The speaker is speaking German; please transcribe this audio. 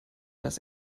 das